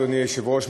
אדוני היושב-ראש,